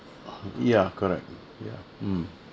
ya correct ya mm